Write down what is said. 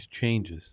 changes